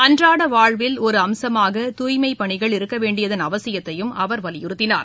அன்றாடவாழ்வில் ஒருஅம்சமாக தூய்மைப் பணிகள் இருக்கவேண்டியதன் அவசியத்தையும் அவர் வலியுறுத்தினார்